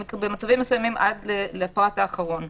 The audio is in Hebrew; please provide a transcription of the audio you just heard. במצבים מסוימים עד הפרט האחרון.